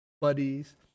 buddies